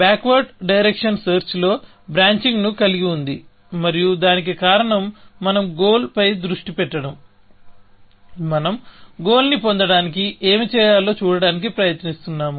backward direction సెర్చ్లో branching ను కలిగి ఉంది మరియు దానికి కారణం మనం గోల్ పై దృష్టి పెట్టడం మనం గోల్ ని పొందడానికి ఏమి చేయాలో చూడటానికి ప్రయత్నిస్తున్నాము